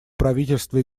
правительства